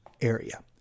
area